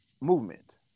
movement